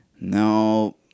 No